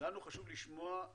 אני רוצה לשאול שאלת הבנה.